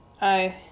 I